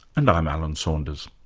and i'm alan saunders